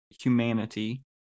humanity